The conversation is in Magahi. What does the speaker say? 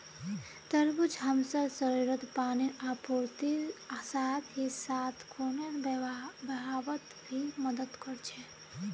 तरबूज हमसार शरीरत पानीर आपूर्तिर साथ ही साथ खूनेर बहावत भी मदद कर छे